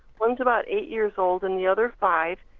one is about eight years old and the other five.